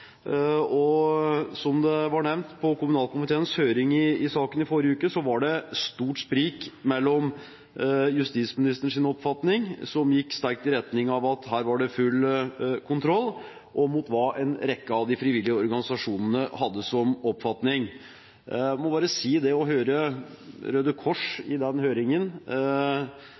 Som det ble nevnt på kommunalkomiteens høring i saken i forrige uke, var det stort sprik mellom justisministerens oppfatning, som gikk sterkt i retning av at her var det full kontroll, og oppfatningen til en rekke av de frivillige organisasjonene. Det å høre Røde Kors i den høringen må jeg si gjorde sterkt inntrykk, og Røde Kors’